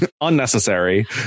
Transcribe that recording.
Unnecessary